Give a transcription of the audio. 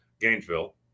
Gainesville